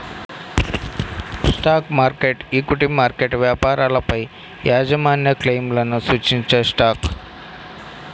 stock market, equity market వ్యాపారాలపైయాజమాన్యక్లెయిమ్లను సూచించేస్టాక్